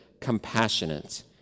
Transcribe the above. compassionate